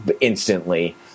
instantly